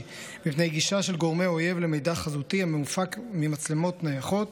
מפני גישה של גורמי אויב למידע חזותי המופק ממצלמות נייחות,